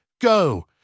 Go